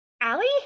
Allie